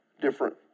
different